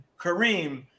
Kareem